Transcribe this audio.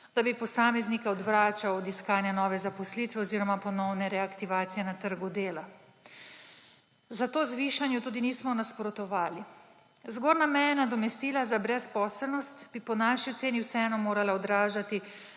da bi posameznike odvračal od iskanja nove zaposlitve oziroma ponovne reaktivacije na trgu dela. Zato zvišanju tudi nismo nasprotovali. Zgornja meja nadomestila za brezposelnost bi po naši oceni vseeno morala odražati